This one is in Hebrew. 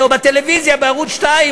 או בטלוויזיה בערוץ 2,